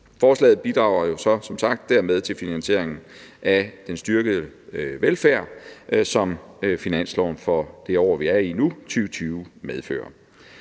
Forslaget bidrager som sagt dermed til finansieringen af den styrkede velfærd, som finansloven for det år, vi er i nu, 2020, medfører.